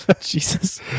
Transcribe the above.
jesus